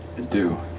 do.